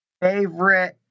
Favorite